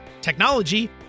technology